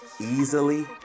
easily